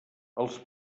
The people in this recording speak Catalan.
els